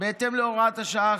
באזור מסוים.